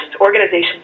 organizations